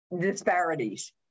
Disparities